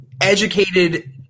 educated